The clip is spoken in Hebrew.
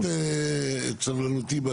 אני מאבד את סבלנותי בקשב.